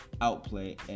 outplay